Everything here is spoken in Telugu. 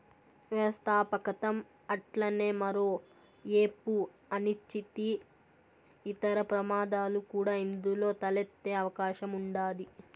వ్యవస్థాపకతం అట్లనే మరో ఏపు అనిశ్చితి, ఇతర ప్రమాదాలు కూడా ఇందులో తలెత్తే అవకాశం ఉండాది